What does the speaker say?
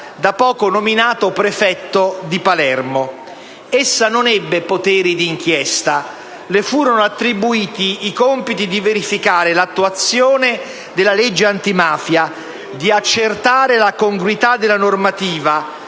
da poco nominato prefetto di Palermo. Essa non ebbe poteri di inchiesta. Le furono attribuiti i compiti di verificare l'attuazione delle leggi antimafia, di accertare la congruità della normativa,